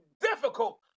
difficult